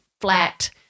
flat